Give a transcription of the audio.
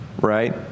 right